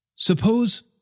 Suppose